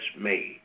made